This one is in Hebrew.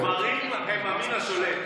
גברים הם המין השולט.